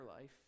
life